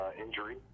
injury